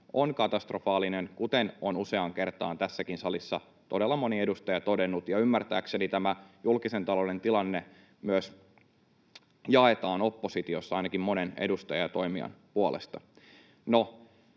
on katastrofaalinen, kuten on useaan kertaan tässäkin salissa todella moni edustaja todennut. Ymmärtääkseni tämä julkisen talouden tilanne myös jaetaan oppositiossa ainakin monen edustajan ja toimijan puolesta.